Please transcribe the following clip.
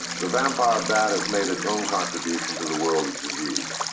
the vampire bat has made its own contribution to the world of disease.